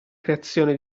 creazione